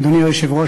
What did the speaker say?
אדוני היושב-ראש,